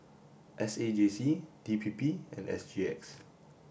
S A J C D P P and S G X